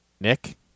Nick